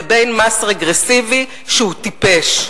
לבין מס רגרסיבי שהוא טיפש.